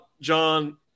John